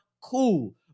cool